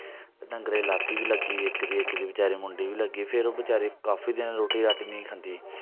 डंगरे ई लत्त ई बी लग्गी इक गी इक दी बचारे ई मुंडी बी लग्गी दी फिर ओह् बचारे काफी दिन रुट्टी राट्टी निं खंदी